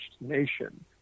nation